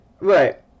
Right